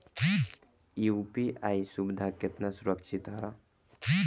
UPI सुविधा केतना सुरक्षित ह?